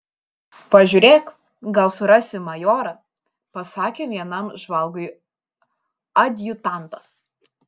pažiūrėk gal surasi majorą pasakė vienam žvalgui adjutantas